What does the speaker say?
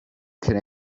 can